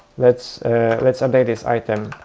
let's let's update this item.